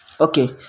Okay